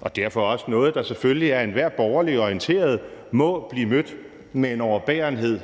og derfor også noget, der selvfølgelig af enhver borgerlig orienteret må blive mødt med en overbærenhed